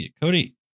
Cody